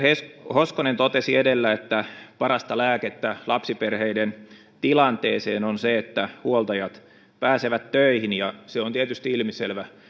hoskonen totesi edellä että parasta lääkettä lapsiperheiden tilanteeseen on se että huoltajat pääsevät töihin se on tietysti ilmiselvä